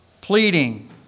pleading